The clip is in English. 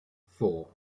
four